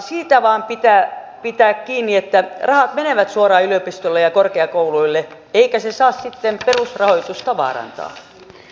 siitä vain pitää pitää kiinni että rahat menevät suoraan yliopistoille ja korkeakouluille eikä se saa perusrahoitusta vaarantaa